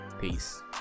peace